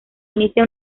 inicia